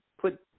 put